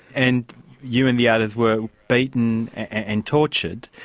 and you and the others were beaten and tortured.